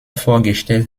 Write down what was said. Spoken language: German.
vorgestellt